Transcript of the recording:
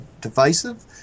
divisive